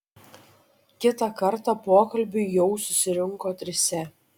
kitą kartą pokalbiui jau susirinko trise